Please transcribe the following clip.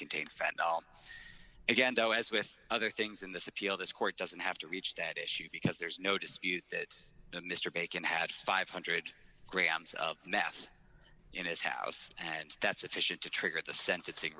all again though as with other things in this appeal this court doesn't have to reach that issue because there's no dispute that mr bacon had five hundred grams of meth in his house and that sufficient to trigger the sentencing